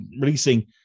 releasing